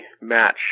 match